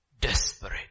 desperate